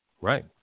Right